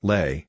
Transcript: Lay